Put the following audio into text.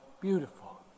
beautiful